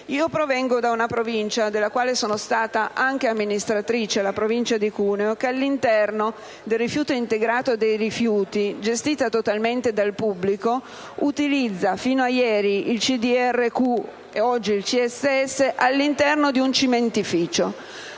provengo da una Provincia della quale sono stata anche amministratrice, la Provincia di Cuneo, che all'interno del ciclo integrato dei rifiuti, gestito interamente dal pubblico, utilizza fino a ieri il CDR-Q e oggi il CSS all'interno di un cementificio.